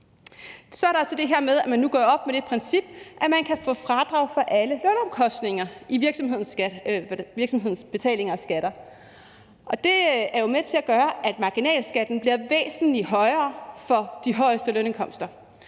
Så er der det her med, at man nu gør op med det princip, at virksomhederne kan få fradrag for alle lønomkostninger i deres betalinger af skatter. Det er jo med til at gøre, at marginalskatten bliver væsentlig højere for de højeste lønindkomster,